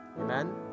amen